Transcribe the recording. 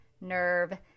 Nerve